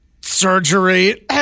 surgery